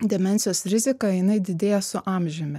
demencijos rizika jinai didėja su amžiumi